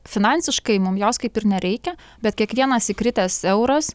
finansiškai mum jos kaip ir nereikia bet kiekvienas įkritęs euras